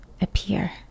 appear